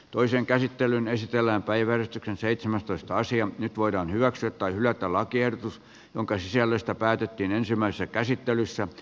toisen käsittelyn esitellä päivän seitsemäntoista nyt voidaan hyväksyä tai hylätä lakiehdotus jonka sisällöstä päätettiin ensimmäisessä käsittelyssä